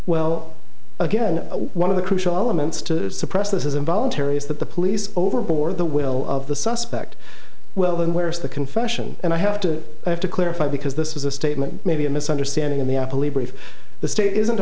well again one of the crucial elements to suppress this is involuntary is that the police overboard the will of the suspect well then where is the confession and i have to have to clarify because this was a statement maybe a misunderstanding in the police brief the state isn't